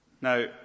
Now